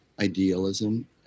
idealism